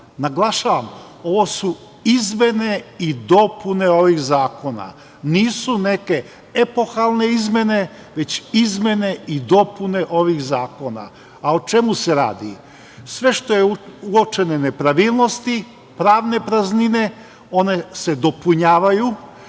Naglašavam, ovo su izmene i dopune ovih zakona. Nisu neke epohalne izmene, već izmene i dopune ovih zakona.A o čemu se radi? Sve uočene nepravilnosti, pravne praznine se dopunjavaju